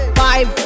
five